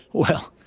well,